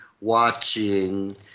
watching